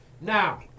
now